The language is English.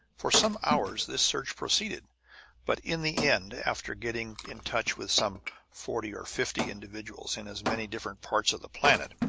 for some hours this search proceeded but in the end, after getting in touch with some forty or fifty individuals in as many different parts of the planet,